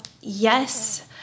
yes